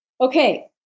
Okay